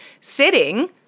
Sitting